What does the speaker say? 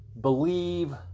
believe